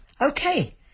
Okay